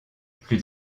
plus